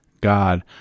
God